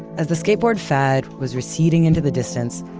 as the skateboard fad was receding into the distance,